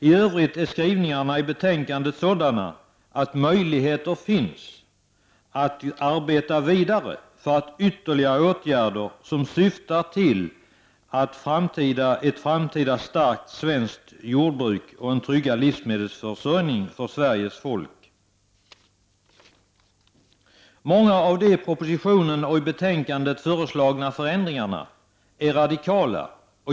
I övrigt är skrivningarna i betänkandet sådana att det finns möjligheter att arbeta vidare för att få fram ytterligare förslag om åtgärder som syftar till ett framtida starkt svenskt jordbruk och en tryggad livsmedelsförsörjning för Sveriges folk. Många av de i propositionen och i betänkandet föreslagna förändringarna är radikala.